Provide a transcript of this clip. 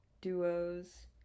duos